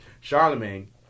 Charlemagne